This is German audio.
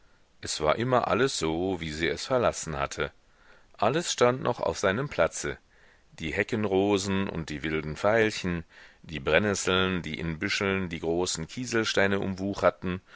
es war immer alles so wie sie es verlassen hatte alles stand noch auf seinem platze die heckenrosen und die wilden veilchen die brennesseln die in büscheln die großen kieselsteine umwucherten